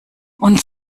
und